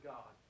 God